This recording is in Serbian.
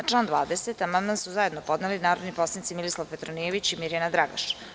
Na član 20. amandman su zajedno podneli narodni poslanici Milisav Petronijević i Mirjana Dragaš.